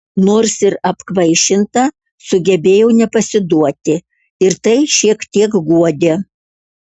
nors ir apkvaišinta sugebėjau nepasiduoti ir tai šiek tiek guodė